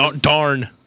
Darn